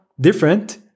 different